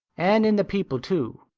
and in the people too.